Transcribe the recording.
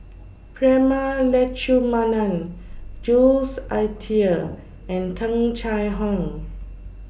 Prema Letchumanan Jules Itier and Tung Chye Hong